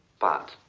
but.